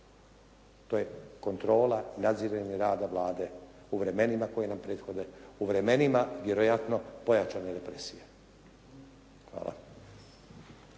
To je kontrola nadziranja rada Vlade u vremenima koja nam prethode, u vremenima vjerojatno pojačane represije. Hvala.